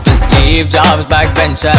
steve jobs but